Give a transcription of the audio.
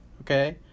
okay